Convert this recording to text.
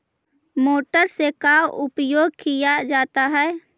Motor से का उपयोग क्या जाता है?